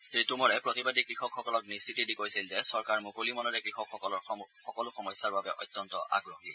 শ্ৰীটোমৰে প্ৰতিবাদী কৃষকসকলক নিশ্চিতি দি কৈছিল যে চৰকাৰ মুকলি মনেৰে কৃষকৰ সকলো সমস্যাৰ বাবে অত্যন্ত আগ্ৰহী